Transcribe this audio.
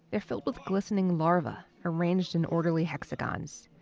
they're filled with glistening larvae arranged in orderly hexagons.